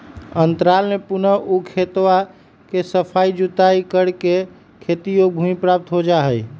अंतराल में पुनः ऊ खेतवा के सफाई जुताई करके खेती योग्य भूमि प्राप्त हो जाहई